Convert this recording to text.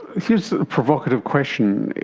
it seems a provocative question,